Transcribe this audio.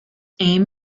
aim